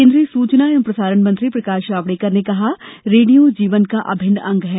केन्द्रीय सूचना एवं प्रसारण मंत्री प्रकाश जावड़ेकर ने कहा रेडियो जीवन का अभिन्न अंग है